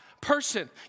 person